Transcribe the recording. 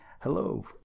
hello